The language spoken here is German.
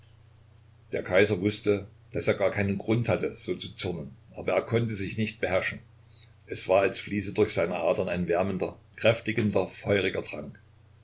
der kaiser wußte daß er gar keinen grund hatte so zu zürnen aber er konnte sich nicht beherrschen es war als fließe durch seine adern ein wärmender kräftigender feuriger trank